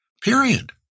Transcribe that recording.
period